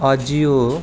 AJIO